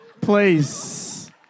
Please